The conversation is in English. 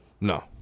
No